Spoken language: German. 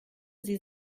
sie